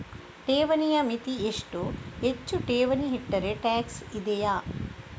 ಠೇವಣಿಯ ಮಿತಿ ಎಷ್ಟು, ಹೆಚ್ಚು ಠೇವಣಿ ಇಟ್ಟರೆ ಟ್ಯಾಕ್ಸ್ ಇದೆಯಾ?